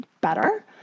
better